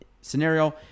scenario